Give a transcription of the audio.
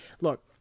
look